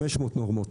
500 נורמות.